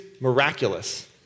miraculous